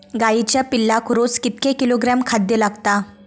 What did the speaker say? गाईच्या पिल्लाक रोज कितके किलोग्रॅम खाद्य लागता?